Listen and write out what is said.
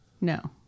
No